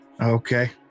Okay